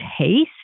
taste